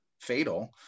fatal